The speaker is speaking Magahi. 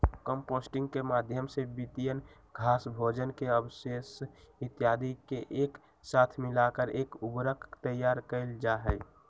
कंपोस्टिंग के माध्यम से पत्तियन, घास, भोजन के अवशेष इत्यादि के एक साथ मिलाकर एक उर्वरक तैयार कइल जाहई